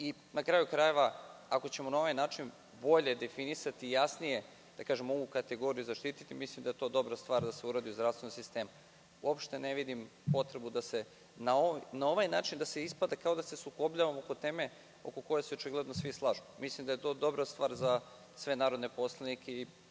kraju krajeva, ako ćemo na ovaj način bolje definisati i jasnije ovu kategoriju zaštiti, mislim da je to dobra stvar da se uradi u zdravstvenom sistemu. Uopšte ne vidim potrebu da na ovaj način ispada da se sukobljavamo oko teme oko koje se očigledno svi slažemo. Mislim da je to dobra stvar za sve narodne poslanike